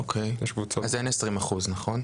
אז אין 20%, נכון?